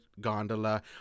gondola